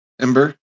Ember